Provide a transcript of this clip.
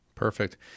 Perfect